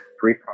three